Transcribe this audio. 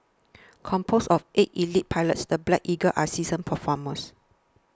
composed of eight elite pilots the Black Eagles are seasoned performers